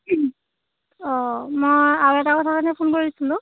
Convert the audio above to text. অঁ মই আৰু এটা কথা কাৰণে ফোন কৰিছিলোঁ